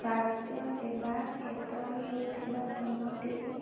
ସ୍ୱାସ୍ଥ୍ୟ ସେବା କ୍ଷେତ୍ରରେ ହେଉଥିବା ଦୁର୍ନୀତି